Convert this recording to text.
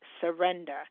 surrender